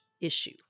issue